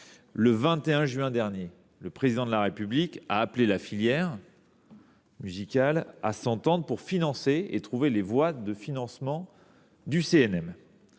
Le 21 juin dernier, le Président de la République a appelé la filière musicale à s’entendre pour trouver les voies de financement du CNM.